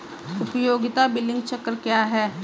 उपयोगिता बिलिंग चक्र क्या है?